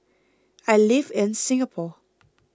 I live in Singapore